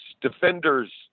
defenders